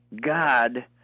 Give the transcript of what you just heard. God